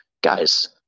guys